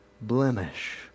blemish